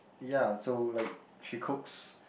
ya so like she cooks